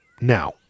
now